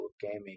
gaming